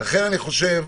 לכו אני חושב-